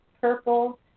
purple